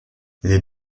les